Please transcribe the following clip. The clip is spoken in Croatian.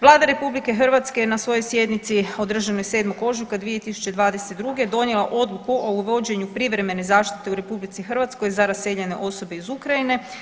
Vlada RH je na svojoj sjednici održanoj 7. ožujka 2022. donijela odluku o uvođenju privremene zaštite u RH za raseljene osobe iz Ukrajine.